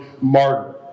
martyr